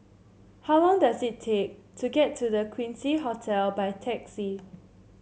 how long does it take to get to The Quincy Hotel by taxi